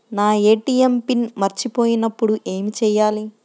నా ATM PIN మరచిపోయినప్పుడు ఏమి చేయాలి?